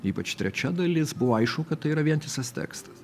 ypač trečia dalis buvo aišku kad tai yra vientisas tekstas